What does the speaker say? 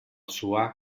suar